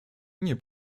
nie